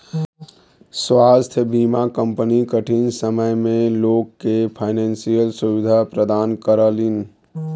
स्वास्थ्य बीमा कंपनी कठिन समय में लोग के फाइनेंशियल सुविधा प्रदान करलीन